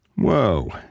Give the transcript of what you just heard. Whoa